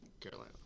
Carolina